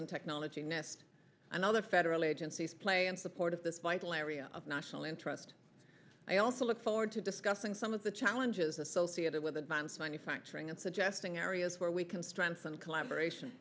and technology nests and other federal agencies play and support of this vital area of national interest i also look forward to discussing some of the challenges associated with advanced manufacturing and suggesting areas where we can strengthen collaboration